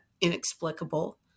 inexplicable